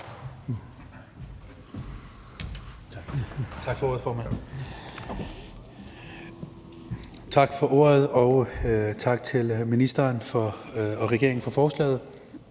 Tak for ordet, formand. Tak til ministeren og regeringen for forslaget.